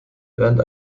während